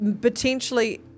Potentially